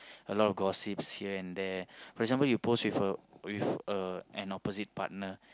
a lot of gossips here and there for example you post with a with a an opposite partner